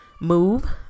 move